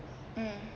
mm